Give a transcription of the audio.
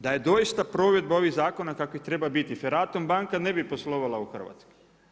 Da je doista provedba ovih zakona kako treba biti Ferratum banka ne bi poslovala u Hrvatskoj.